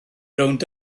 rownd